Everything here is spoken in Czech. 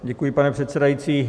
Děkuji, pane předsedající.